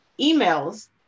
emails